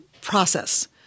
process